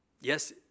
Yes